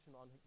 on